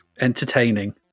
Entertaining